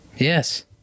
Yes